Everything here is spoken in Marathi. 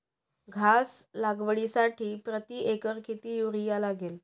घास लागवडीसाठी प्रति एकर किती युरिया लागेल?